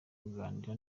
kuganira